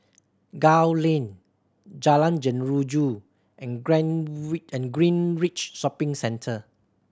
Gul Lane Jalan Jeruju and Greenridge Shopping Centre